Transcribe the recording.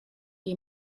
die